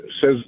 says